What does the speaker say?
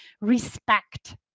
respect